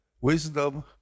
wisdom